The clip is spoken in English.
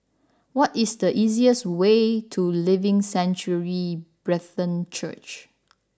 what is the easiest way to Living Sanctuary Brethren Church